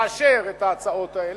תאשר את ההצעות האלה,